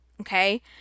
Okay